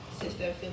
Sister